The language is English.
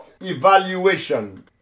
evaluation